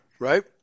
Right